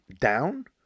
down